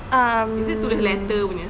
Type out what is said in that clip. um